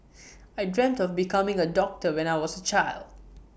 I dreamt of becoming A doctor when I was A child